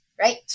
right